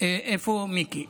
איפה מיקי?